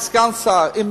כסגן שר,